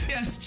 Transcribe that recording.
Yes